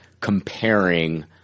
comparing